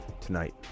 Tonight